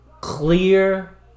clear